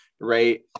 right